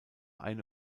eine